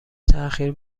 تاخیر